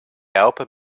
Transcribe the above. helpen